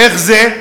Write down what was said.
איך זה?